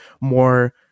more